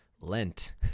lent